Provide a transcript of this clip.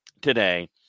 today